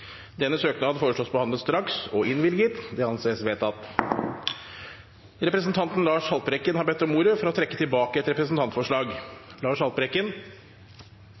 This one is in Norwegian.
Denne søknad foreslås behandlet straks og innvilget. – Det anses vedtatt. Representanten Lars Haltbrekken har bedt om ordet for å trekke tilbake et representantforslag.